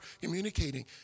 communicating